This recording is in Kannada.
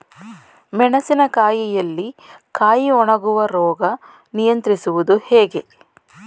ಮೆಣಸಿನ ಕಾಯಿಯಲ್ಲಿ ಕಾಯಿ ಒಣಗುವ ರೋಗ ನಿಯಂತ್ರಿಸುವುದು ಹೇಗೆ?